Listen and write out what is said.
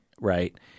right